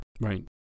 Right